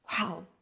Wow